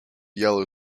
yellow